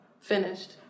finished